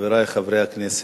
חברי חברי הכנסת,